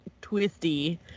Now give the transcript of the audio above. twisty